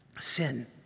sin